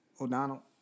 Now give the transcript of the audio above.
O'Donnell